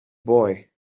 boy